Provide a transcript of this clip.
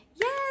yes